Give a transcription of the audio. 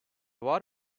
var